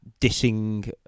dissing